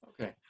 Okay